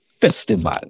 festival